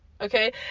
Okay